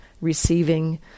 receiving